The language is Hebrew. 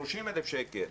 30,000 ₪,